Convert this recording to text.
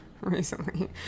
recently